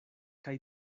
kaj